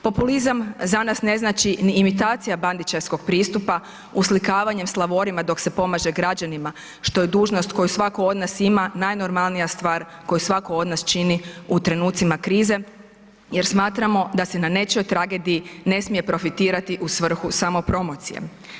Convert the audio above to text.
Populizam za nas ne znači ni imitacija Bandićevskog pristupa uslikavanjem s lavorima dok se pomaže građanima što je dužnost koju svatko od nas ima najnormalnija stvar koju svatko od nas čini u trenucima krize jer smatramo da se na nečijoj tragediji ne smije profitirati u svrhu samopromocije.